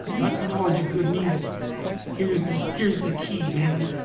that's knowledge of good and evil here's the here's the key man